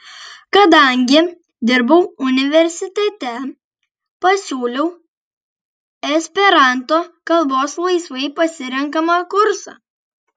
kadangi dirbau universitete pasiūliau esperanto kalbos laisvai pasirenkamą kursą